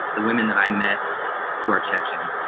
the women that i met who are chechen